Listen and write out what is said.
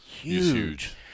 huge